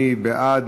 מי בעד?